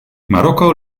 marokko